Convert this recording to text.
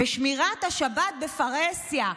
ושמירת השבת בפרהסיה,